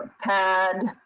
pad